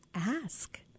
ask